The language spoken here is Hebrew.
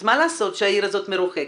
אז מה לעשות שהעיר הזו מרוחקת,